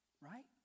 right